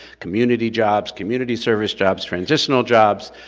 community jobs, community service jobs, transitional jobs,